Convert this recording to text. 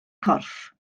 corff